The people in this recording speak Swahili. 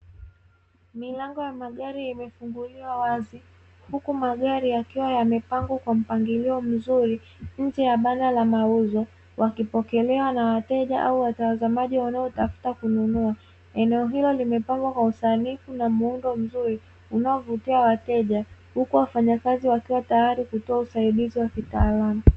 Milango ya magari imefunguliwa wazi huku magari yakiwa yamepangwa kwa mpangilio mzuri nje ya banda la mauzo, wakipokelewa na wateja au watazamaji wanaotafuta kununua. Eneo hilo limepangwa kwa usanifu na muundo mzuri unaovutia wateja, huku wafanyakazi wakiwa tayari kutoa usaidizi wa kitaalamu.